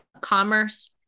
commerce